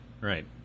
Right